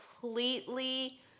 completely